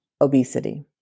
obesity